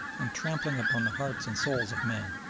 and trampling upon the hearts and souls of men,